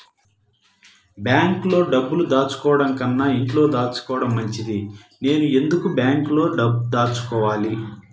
బ్యాంక్లో డబ్బులు దాచుకోవటంకన్నా ఇంట్లో దాచుకోవటం మంచిది నేను ఎందుకు బ్యాంక్లో దాచుకోవాలి?